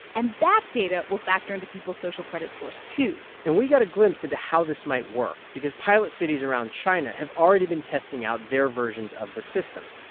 and that data will factor into people's social credit scores, too and we got a glimpse into how this might work because pilot cities around china have already been testing out their versions of the system.